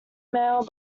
mail